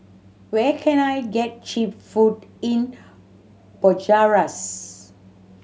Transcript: where can I get cheap food in Bucharest